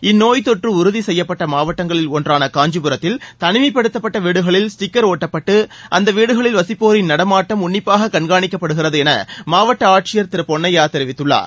இந்நோய் தொற்று உறுதி செய்யப்பட்ட மாவட்டங்களில் ஒன்றான காஞ்சிபுரத்தில் தனிமைப்படுத்தப்பட்ட வீடுகளில் ஸ்டிக்கா் ஓட்டப்பட்டு அந்த வீடுகளில் வசிப்போரின் நடமாட்டம் உன்னிப்பாக கண்காணிக்கப்படுகிறது என மாவட்ட ஆட்சியர் திரு பொன்னையா தெரிவித்துள்ளார்